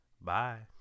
bye